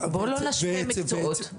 בוא לא נשווה מקצועות,